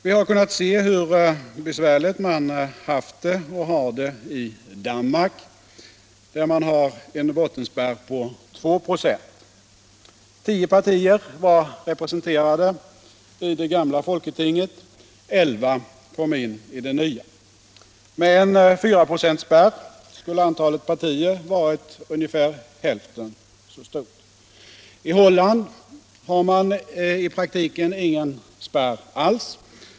Vi har kunnat se hur besvärligt man haft och har det i Danmark, där man har en bottenspärr på 2 96. Tio partier var representerade i det gamla folketinget, elva kom in i det nya. Med en 4-procentsspärr skulle antalet partier ha varit ungefär hälften så stort. I Holland har man i praktiken ingen spärr alls.